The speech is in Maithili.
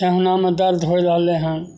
ठेहुनामे दर्द होइ रहलय हइ